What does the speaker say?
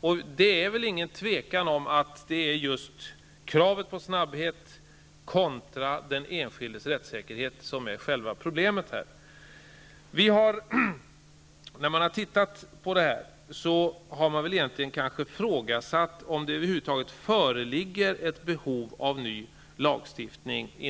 Och det är väl inget tvivel om att det är just kravet på snabbhet kontra den enskildes rättssäkerhet som är själva problemet. Innan man har gripit sig an detta ärende har man ifrågasatt om det över huvud taget föreligger något egentligt behov av ny lagstiftning.